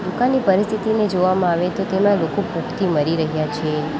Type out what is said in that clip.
દુકાળની પરિસ્થિતિને જોવામાં આવે તો તેમાં લોકો ભૂખથી મરી રહ્યા છે